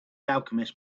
alchemist